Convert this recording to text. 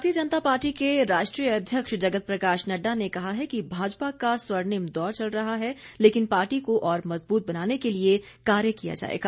Nadda Bharatiya Janata Party के राष्ट्रीय अध्यक्ष जगत प्रकाश नडडा ने कहा है कि भाजपा का स्वर्णिम दौर चल रहा है लेकिन पार्टी को और मजबूत बनाने के लिए कार्य किया जाएगा